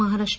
Maharashtra